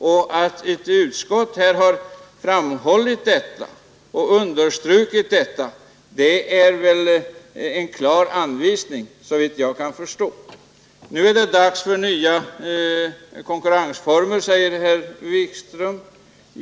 Och att utskottet framhållit detta och understrukit det är en klar anvisning, såvitt jag kan förstå. Nu är det dags för nya konkurrensformer, säger herr Wikström.